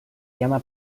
llama